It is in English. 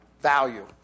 Value